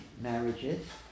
marriages